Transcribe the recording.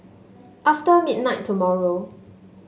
after midnight tomorrow